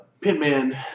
pitman